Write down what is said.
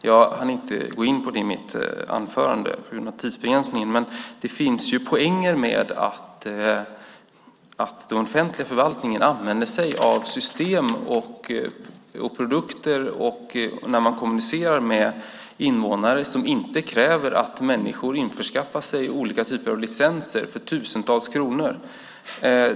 Jag hann inte gå in på det i mitt anförande på grund av tidsbegränsningen, men det finns ju poänger med att den offentliga förvaltningen använder sig av system och produkter när man kommunicerar med invånarna som inte kräver att människor införskaffar olika typer av licenser för tusentals kronor.